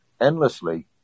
endlessly